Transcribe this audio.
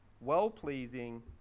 well-pleasing